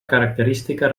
característica